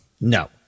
No